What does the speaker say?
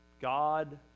God